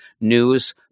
news